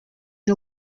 une